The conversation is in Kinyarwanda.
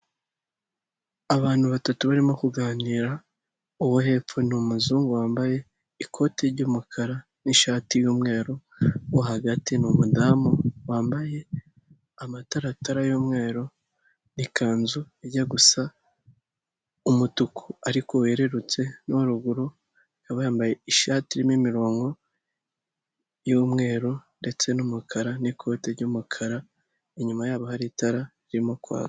Abantu batatu barimo kuganira, uwo hepfo ni umuzungu wambaye ikoti ry'umukara n'ishati y'umweru, uwo hagati ni umudamu wambaye amataratara y'umweru n'ikanzu ijya gusa umutuku ariko werurutse, nuwo ruguru akaba yambaye ishati irimo imirongo y'umweru, ndetse n'umukara n'ikote ry'umukara, inyuma yabo hari itara ririmo kwaka.